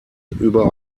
über